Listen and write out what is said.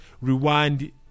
rewind